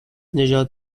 نژاد